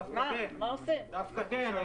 דווקא כן.